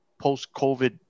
post-COVID